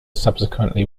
subsequently